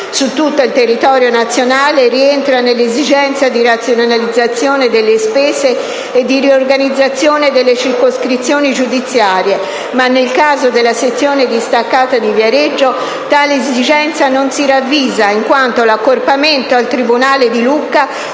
su tutto il territorio nazionale, rientra nell'esigenza di razionalizzazione delle stesse e di riorganizzazione delle circoscrizioni giudiziarie, ma nel caso della sezione distaccata di Viareggio tale esigenza non si ravvisa, in quanto l'accorpamento al tribunale di Lucca